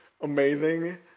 amazing